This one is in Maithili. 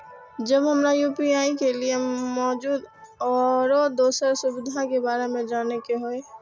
जब हमरा यू.पी.आई के लिये मौजूद आरो दोसर सुविधा के बारे में जाने के होय?